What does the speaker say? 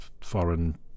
foreign